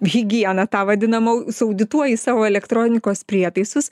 higieną tą vadinamą suaudituoji savo elektronikos prietaisus